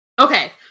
okay